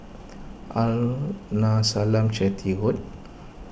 Arnasalam Chetty Road